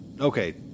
Okay